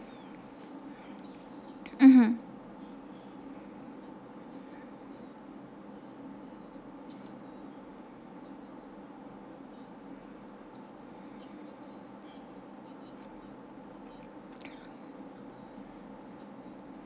mmhmm